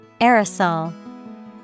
Aerosol